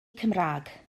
cymraeg